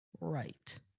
right